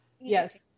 Yes